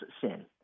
sin